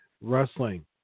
Wrestling